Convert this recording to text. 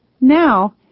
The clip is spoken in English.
Now